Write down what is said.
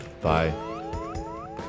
bye